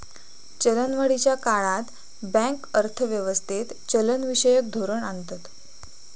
चलनवाढीच्या काळात बँक अर्थ व्यवस्थेत चलनविषयक धोरण आणतत